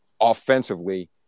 offensively